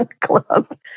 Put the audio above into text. club